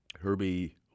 Herbie